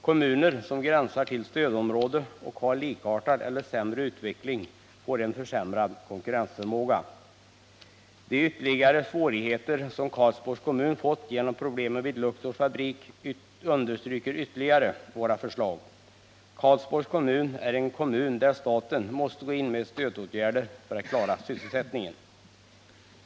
Kommuner som gränsar till stödområde och har likartad och sämre utveckling får en försämrad konkurrensförmåga. De ytterligare svårigheter som Karlsborgs kommun fått genom problemen vid Luxors fabrik understryker ytterligare våra förslag. Karlsborg är en kommun där staten måste gå in med stödåtgärder för att klara sysselsättningen.